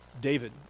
David